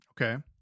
Okay